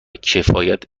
کفایت